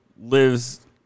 lives